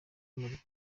muri